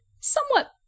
somewhat